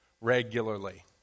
regularly